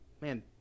man